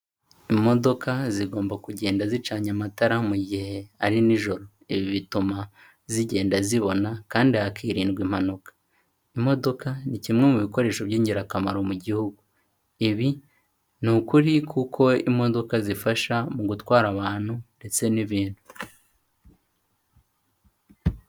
Imodoka zigomba kugenda zicanye amatara mu gihe ari nijoro, ibi bituma zigenda zibona kandi hakirindwa impanuka, imodoka ni kimwe mu bikoresho b'ingirakamaro mu gihugu, ibi ni ukuri kuko imodoka zifasha mu gutwara abantu ndetse n'ibintu.